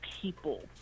people